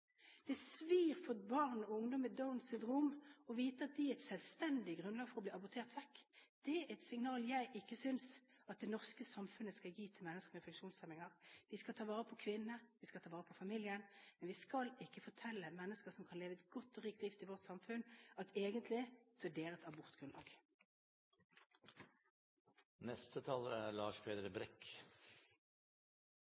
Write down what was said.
Det svir for barn og ungdom med Downs syndrom å vite at de er et selvstendig grunnlag for å bli abortert vekk. Det er et signal jeg ikke synes at det norske samfunnet skal gi til mennesker med funksjonshemminger. Vi skal ta vare på kvinnene, og vi skal ta vare på familien, men vi skal ikke fortelle mennesker som kan leve et godt og rikt liv i vårt samfunn, at egentlig er dere et abortgrunnlag.